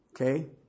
Okay